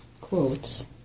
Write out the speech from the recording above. quotes